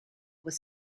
was